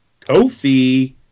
Kofi